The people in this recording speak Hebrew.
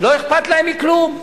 לא אכפת להם מכלום.